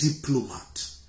diplomat